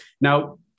Now